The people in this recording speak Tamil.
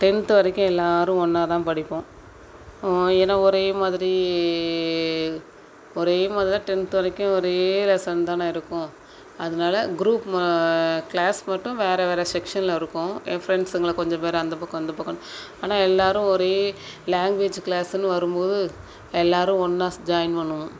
டென்த்து வரைக்கும் எல்லோரும் ஒன்னாக தான் படிப்போம் ஏன்னா ஒரே மாதிரி ஒரே மாதிரி தான் டென்த் வரைக்கும் ஒரே லெசன் தானே இருக்கும் அதனால குரூப் மா க்ளாஸ் மட்டும் வேறு வேறு செக்ஷனில் இருக்கும் என் ஃப்ரெண்ட்ஸுங்களை கொஞ்சம் பேர் அந்த பக்கம் இந்த பக்கன்னு ஆனால் எல்லோரும் ஒரே லாங்குவேஜு க்ளாஸுன்னு வரும்போது எல்லோரும் ஒன்னாக ஸ் ஜாயின் பண்ணுவோம்